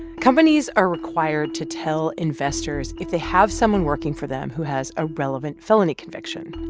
companies are required to tell investors if they have someone working for them who has a relevant felony conviction.